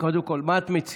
קודם כול, מה את מציעה?